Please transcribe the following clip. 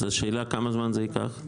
אז השאלה כמה זמן זה ייקח?